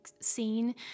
scene